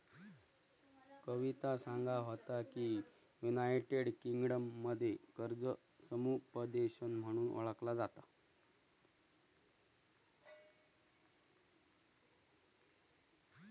कविता सांगा होता की, युनायटेड किंगडममध्ये कर्ज समुपदेशन म्हणून ओळखला जाता